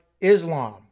Islam